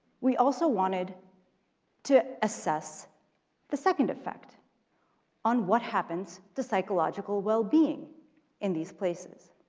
we also wanted to assess the second effect on what happens to psychological wellbeing in these places.